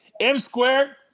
M-squared